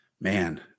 Man